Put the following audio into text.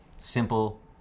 simple